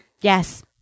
Yes